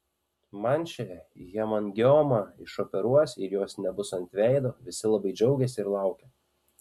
man šią hemangiomą išoperuos ir jos nebus ant veido visi labai džiaugėsi ir laukė